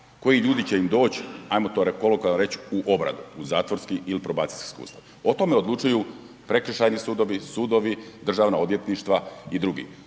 koji ljudi će im doć, ajmo to kolokvijalno reć u obranu u zatvorski ili probacijski sustav, o tome odlučuju prekršajni sudovi, sudovi, državna odvjetništva i drugi,